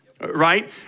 right